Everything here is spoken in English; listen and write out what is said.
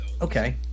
okay